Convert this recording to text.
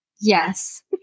Yes